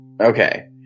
Okay